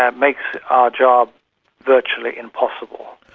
um makes our job virtually impossible.